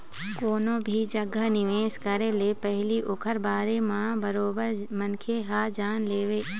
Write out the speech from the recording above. कोनो भी जघा निवेश करे ले पहिली ओखर बारे म बरोबर मनखे ह जान लेवय